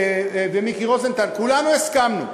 כולנו הסכמנו.